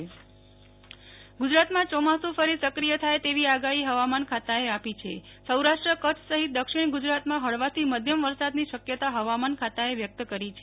નેહ્લ ઠક્કર હવામાન ગુજરાતમાં ચોમાસુ ફરી સક્રિય થાય તેવી આંગોફી હવોમાન ખાતોએ આપી છે સૌરાષ્ટ્ર કચ્છ સહિત દક્ષિણ ગુજરાતમાં હળવાથી મધ્યમે વરસાદની આગાંહી હવામોને ખાતાએ વ્યક્ત કરી છે